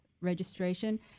registration